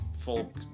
folk